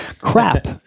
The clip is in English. crap